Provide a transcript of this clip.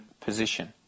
position